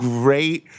great